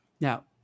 Now